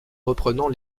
reprenant